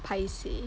paiseh